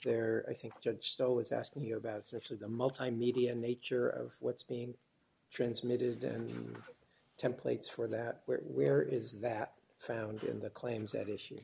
there i think judge though is asking you about six of the multimedia nature of what's being transmitted and templates for that where where is that found in the claims at issue